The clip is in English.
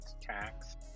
tax